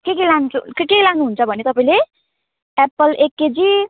के के लान्छु के के लानुहुन्छ भन्यो तपाईँले एप्पल एक केजी